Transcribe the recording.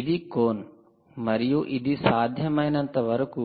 ఇది కోన్ మరియు ఇది సాధ్యమైనంతవరకు